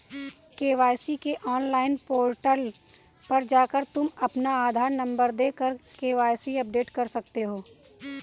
KYC के online portal पर जाकर तुम अपना आधार नंबर देकर के.वाय.सी अपडेट कर सकते हो